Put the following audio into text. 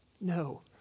No